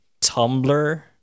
tumblr